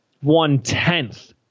one-tenth